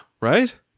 right